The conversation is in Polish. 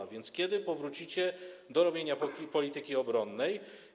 A więc kiedy powrócicie do robienia polityki obronnej?